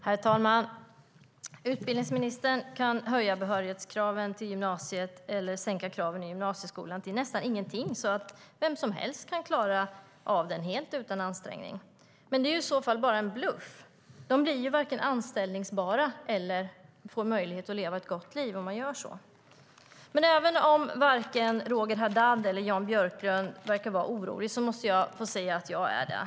Herr talman! Utbildningsministern kan höja behörighetskraven till gymnasiet eller sänka kraven i gymnasieskolan till nästan ingenting så att vem som helst kan klara av den helt utan ansträngning. Men det är i så fall bara en bluff. De blir ju varken anställbara eller får möjlighet att leva ett gott liv, om man gör så. Även om varken Roger Haddad eller Jan Björklund verkar vara orolig måste jag få säga att jag är det.